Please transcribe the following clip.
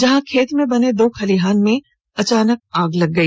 जहां खेत मे बने दो खलिहान में अचानक आग लग गई